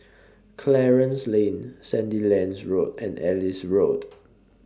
Clarence Lane Sandilands Road and Ellis Road